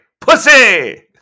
pussy